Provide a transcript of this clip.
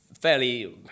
fairly